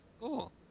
cool